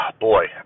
Boy